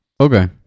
Okay